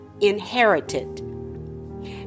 inherited